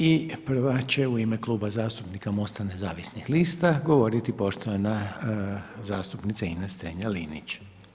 I prva će u ime Kluba zastupnika MOST-a nezavisnih lista, govoriti poštovana zastupnica Ines Strenja-Linić.